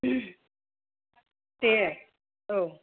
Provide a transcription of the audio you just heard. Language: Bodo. दे औ